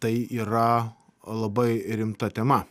tai yra labai rimta tema